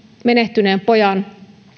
menehtyneen pojan